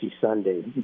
Sunday